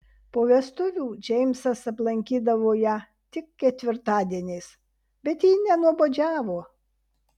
po vestuvių džeimsas aplankydavo ją tik ketvirtadieniais bet ji nenuobodžiavo